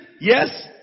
yes